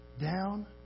Down